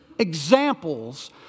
Examples